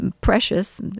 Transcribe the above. Precious